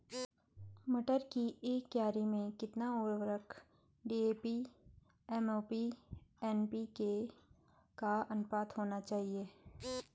मटर की एक क्यारी में कितना उर्वरक डी.ए.पी एम.ओ.पी एन.पी.के का अनुपात होना चाहिए?